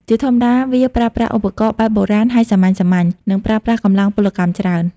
ជាធម្មតាវាប្រើប្រាស់ឧបករណ៍បែបបុរាណហើយសាមញ្ញៗ និងប្រើប្រាស់កម្លាំងពលកម្មច្រើន។